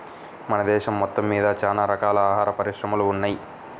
మన దేశం మొత్తమ్మీద చానా రకాల ఆహార పరిశ్రమలు ఉన్నయ్